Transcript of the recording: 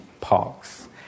parks